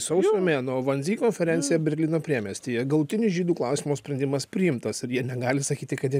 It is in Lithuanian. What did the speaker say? sausio mėnuo vandzy konferencija berlyno priemiestyje galutinis žydų klausimo sprendimas priimtas ir jie negali sakyti kad jie